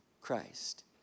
Christ